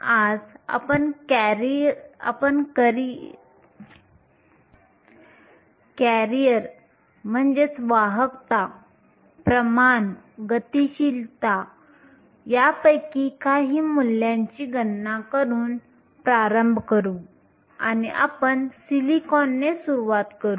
आज आपण करियर प्रमाण गतिशीलता आणि वाहकता यापैकी काही मूल्यांची गणना करून प्रारंभ करू आणि आपण सिलिकॉनने सुरुवात करू